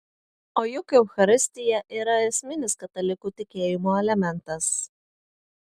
o juk eucharistija yra esminis katalikų tikėjimo elementas